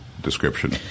description